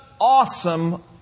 awesome